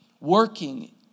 working